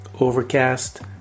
Overcast